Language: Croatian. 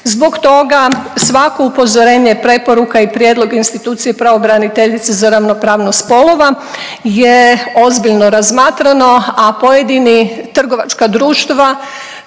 Zbog toga svako upozorenje, preporuka i prijedlog institucije pravobraniteljice za ravnopravnost spolova je ozbiljno razmatrano, a pojedini trgovačka društva